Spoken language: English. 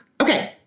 Okay